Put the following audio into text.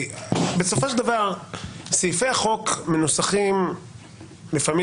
בסופו של דבר סעיפי החוק מנוסחים לפעמים